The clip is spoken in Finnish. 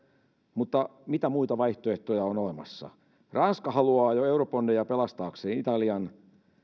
mutta mitä muita vaihtoehtoja on olemassa ranska haluaa jo eurobondeja pelastaakseen italian